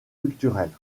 culturelles